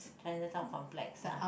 China town complex ah